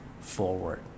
forward